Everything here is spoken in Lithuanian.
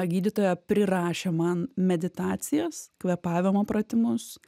gydytoja prirašė man meditacijas kvėpavimo pratimus